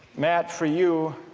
matt for you